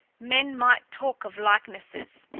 men might talk of likenesses,